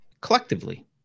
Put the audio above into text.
collectively